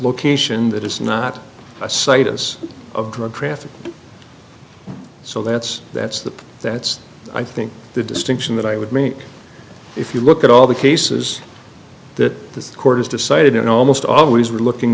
location that is not a situs of drug traffic so that's that's the that's i think the distinction that i would make if you look at all the cases that the court has decided and almost always were looking